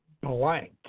blank